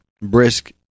brisk